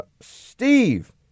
Steve